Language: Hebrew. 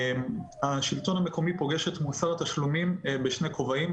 השלטון המקומי פוגש את מוסר התשלומים בשני כובעים.